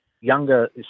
younger